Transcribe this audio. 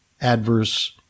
adverse